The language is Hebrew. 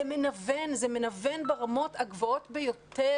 זה מנוון, זה מנוון ברמות הגבוהות ביותר,